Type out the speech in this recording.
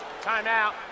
Timeout